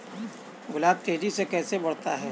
गुलाब तेजी से कैसे बढ़ता है?